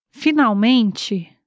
Finalmente